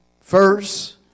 First